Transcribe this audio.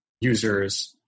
users